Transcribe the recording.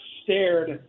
stared